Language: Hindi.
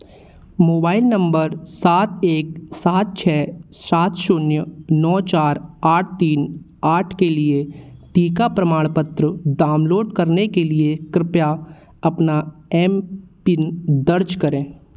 मोबाइल नम्बर सात एक सात छः सात शून्य नौ चार आठ तीन आठ के लिए टीका प्रमाणपत्र डाउनलोड करने के लिए कृपया अपना एम पिन दर्ज करें